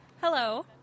Hello